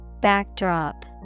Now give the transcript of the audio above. Backdrop